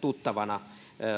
tuttavana